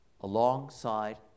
alongside